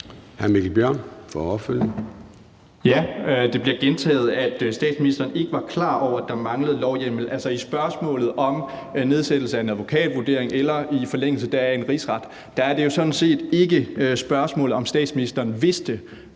Det bliver gentaget, at statsministeren ikke var klar over, at der manglede lovhjemmel. Altså, i spørgsmålet om iværksættelse af en advokatvurdering eller i forlængelse deraf en rigsret er det jo sådan set ikke spørgsmålet, om statsministeren vidste, at